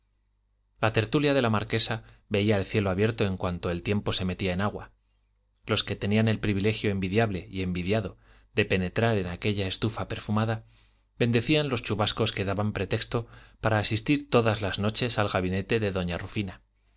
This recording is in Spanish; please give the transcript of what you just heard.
la tertulia de la marquesa veía el cielo abierto en cuanto el tiempo se metía en agua los que tenían el privilegio envidiable y envidiado de penetrar en aquella estufa perfumada bendecían los chubascos que daban pretexto para asistir todas las noches al gabinete de doña rufina